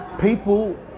people